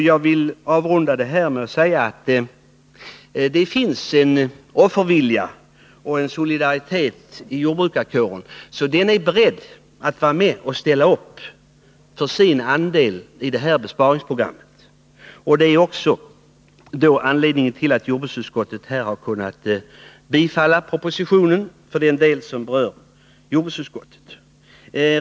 Jag vill avrunda med att säga att det finns en offervilja och en solidaritet i jordbrukarkåren, och den är beredd att ställa upp för sin andel i besparingsprogrammet. Det är också anledningen till att jordbruksutskottet har kunnat tillstyrka föreliggande proposition i den del som berör utskottet.